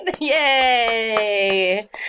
Yay